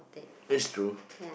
that's true